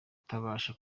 kutabasha